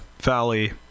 Valley